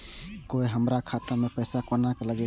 कोय हमरा खाता में पैसा केना लगते?